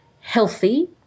healthy